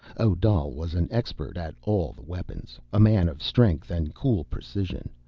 odal was an expert at all the weapons, a man of strength and cool precision,